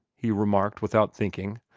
he remarked without thinking,